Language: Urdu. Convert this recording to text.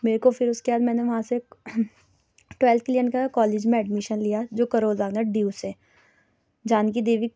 میرے کو پھر اُس کے بعد میں نے وہاں سے ٹویلتھ کلین کیا کالج میں ایڈمیشن لیا جو کرول باغ میں ہے ڈی یو سے جانکی دیوی